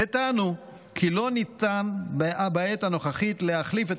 וטענו כי לא ניתן בעת הנוכחית להחליף את